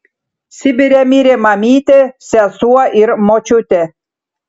sibire mirė mamytė sesuo ir močiutė